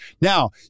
Now